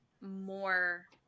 more